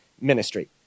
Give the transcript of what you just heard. ministry